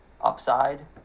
upside